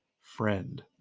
friend